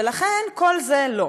ולכן, כל זה לא.